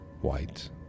white